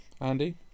Andy